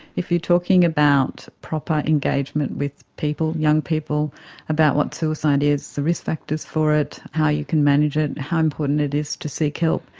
if you're talking about proper engagement with young people about what suicide is, the risk factors for it, how you can manage it, how important it is to seek help,